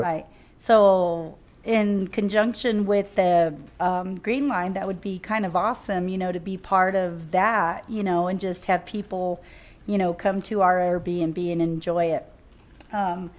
okay so in conjunction with the green line that would be kind of awesome you know to be part of that you know and just have people you know come to our air b and b and enjoy it